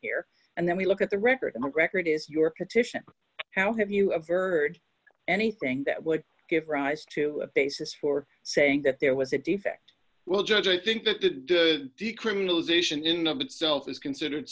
here and then we look at the record and record is your petition how have you a verdict anything that would give rise to a basis for saying that there was a defect well judge i think that the decriminalization in of itself is considered